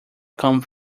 come